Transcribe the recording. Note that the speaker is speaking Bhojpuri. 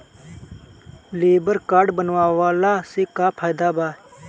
लेबर काड बनवाला से का फायदा बा?